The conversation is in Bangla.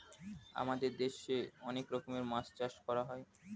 আমাদের দেশে অনেক রকমের মাছ চাষ করা হয়